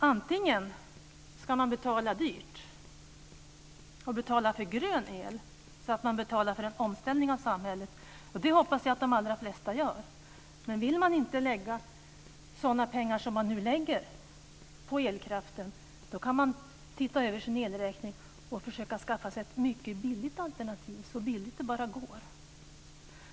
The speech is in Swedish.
Antingen ska man betala dyrt för grön el, så att man betalar för en omställning av samhället - det hoppas jag att de allra flesta gör - eller vill man inte lägga ned sådana pengar på elkraften ska man titta över sin elräkning och försöka skaffa sig ett så billigt alternativ som det bara går.